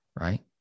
Right